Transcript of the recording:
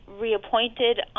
reappointed